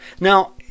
Now